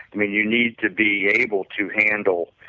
i mean you need to be able to handle